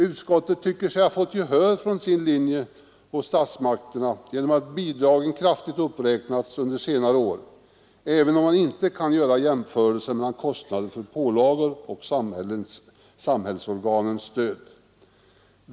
Utskottet tycker sig också ha fått gehör för sin linje hos statsmakterna genom att bidragen kraftigt uppräknats under senare år, även om man inte kan göra jämförelser mellan kostnader för pålagor och samhällsorganens stöd.